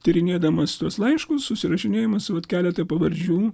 tyrinėdamas tuos laiškus susirašinėjimus vat keletą pavardžių